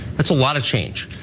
that's a lot of change.